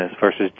versus